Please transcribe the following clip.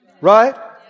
Right